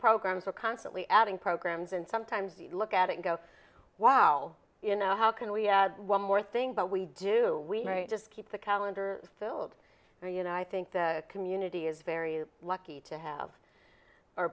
programs are constantly adding programs and sometimes you look at and go wow you know how can we one more thing but we do we just keep the calendar filled or you know i think the community is very lucky to have are